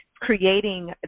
creating